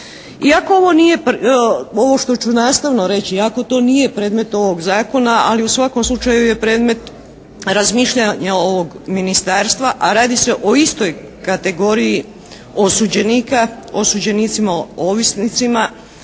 nije, ovo što u nastavno reći, i ako to nije predmet ovog zakona, ali u svakom slučaju je predmet razmišljanja ovog ministarstva, a radi se o istoj kategoriji osuđenika, osuđenicima ovisnicima,